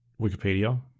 Wikipedia